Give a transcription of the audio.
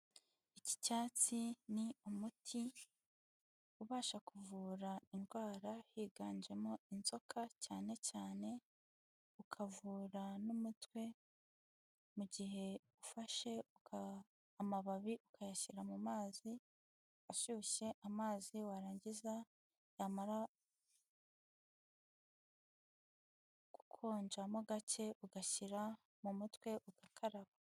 Iki cyatsi ni umuti ubasha kuvura indwara higanjemo inzoka cyanecyane ukavura n'umutwe mugihe ufashe amababi ukayashyira mu mazi ashyushye amazi warangiza yamara gukonja mo gake ugashyira mu mutwe ugakaraba.